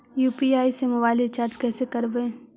UPI से mobile recharge कैसे करबइ?